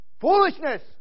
Foolishness